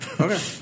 Okay